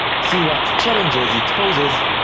see what challenges it poses,